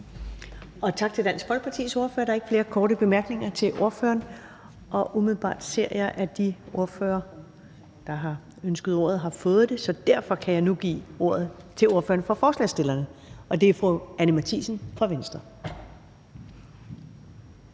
Tak til Dansk Folkepartis ordfører. Der er ikke flere korte bemærkninger til ordføreren. Umiddelbart ser jeg, at de ordførere, der har ønsket ordet, har fået det, så derfor kan jeg nu give ordet til ordføreren for forslagsstillerne, og det er fru Anni Matthiesen fra Venstre.